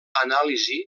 anàlisi